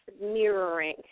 mirroring